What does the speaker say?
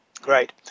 Great